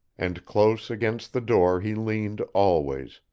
and close against the door he leaned always,